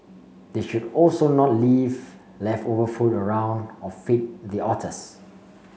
they should also not leave leftover food around or feed the otters